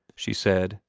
she said.